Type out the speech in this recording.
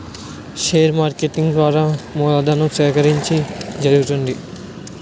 share marketing ద్వారా మూలధను సేకరణ జరుగుతుంది